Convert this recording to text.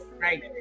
Right